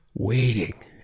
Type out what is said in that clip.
waiting